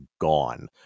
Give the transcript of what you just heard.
gone